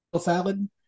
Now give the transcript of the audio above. salad